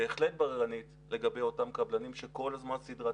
בהחלט בררנית לגבי אותם קבלנים סדרתיים,